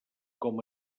com